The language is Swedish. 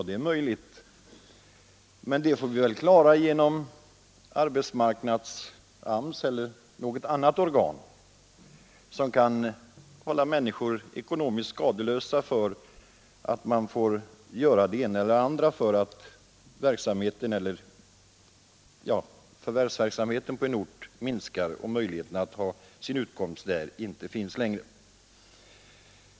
Det är möjligt, men det får vi klara genom AMS eller något annat organ som kan hålla människor ekonomiskt skadeslösa för att förvärvsverksamheten på en ort minskar och det inte längre finns möjlighet för dem att där få sin utkomst.